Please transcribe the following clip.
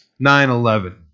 9/11